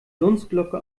dunstglocke